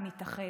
נתאחד,